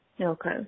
Okay